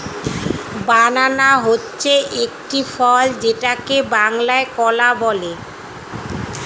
বানানা হচ্ছে একটি ফল যেটাকে বাংলায় কলা বলে